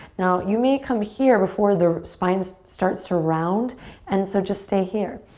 now, you may come here before the spine starts to round and so just stay here.